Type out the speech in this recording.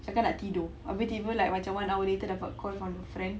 cakap nak tidur habis tiba-tiba like one hour later dapat call from the friend